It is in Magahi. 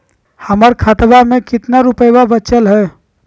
हमर खतवा मे कितना रूपयवा बचल हई?